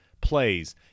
plays